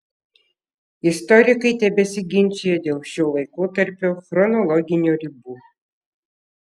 istorikai tebesiginčija dėl šio laikotarpio chronologinių ribų